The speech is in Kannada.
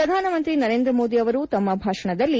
ಪ್ರಧಾನಮಂತ್ರಿ ನರೇಂದ್ರ ಮೋದಿ ಅವರು ತಮ್ಮ ಭಾಷಣದಲ್ಲಿ